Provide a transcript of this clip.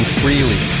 freely